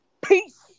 Peace